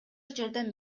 жардам